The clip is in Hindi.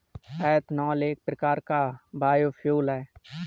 एथानॉल एक प्रकार का बायोफ्यूल है